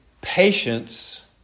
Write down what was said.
patience